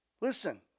Listen